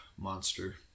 monster